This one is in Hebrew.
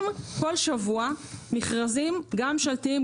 כל שבוע מכרזים גם ממשלתיים,